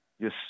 Yes